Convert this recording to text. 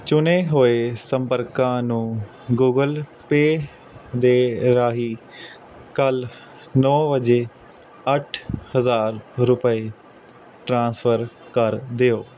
ਚੁਣੇ ਹੋਏ ਸੰਪਰਕਾਂ ਨੂੰ ਗੁਗਲ ਪੇ ਦੇ ਰਾਹੀਂ ਕੱਲ੍ਹ ਨੌਂ ਵਜੇ ਅੱਠ ਹਜ਼ਾਰ ਰੁਪਏ ਟ੍ਰਾਂਸਫਰ ਕਰ ਦਿਓ